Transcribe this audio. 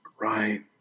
Right